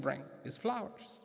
bring is flowers